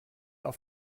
auf